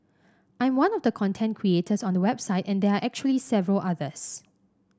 I am one of the content creators on the website and there are actually several others